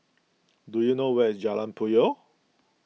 do you know where is Jalan Puyoh